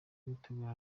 gutegura